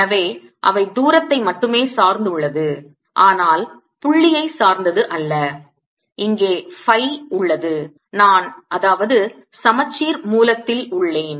எனவே அவை தூரத்தை மட்டுமே சார்ந்துள்ளது ஆனால் புள்ளியை சார்ந்தது அல்ல இங்கே phi உள்ளது நான் அதாவது சமச்சீர் மூலத்தில் உள்ளேன்